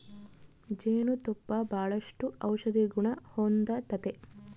ಜೇನು ತುಪ್ಪ ಬಾಳಷ್ಟು ಔಷದಿಗುಣ ಹೊಂದತತೆ